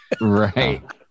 Right